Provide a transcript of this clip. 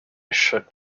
shook